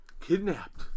Kidnapped